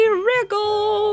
wriggle